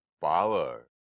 power